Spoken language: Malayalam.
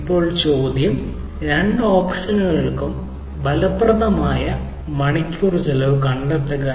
ഇപ്പോൾ ഒരു ചോദ്യം ബി രണ്ട് ഓപ്ഷനുകൾക്കും ഫലപ്രദമായ മണിക്കൂറിന് ചെലവ് കണ്ടെത്തുക